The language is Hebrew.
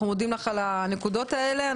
אנחנו מודים לך על העלאת הנקודות האלה.